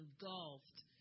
engulfed